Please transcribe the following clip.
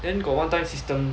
then got one time system